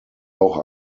auch